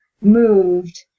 moved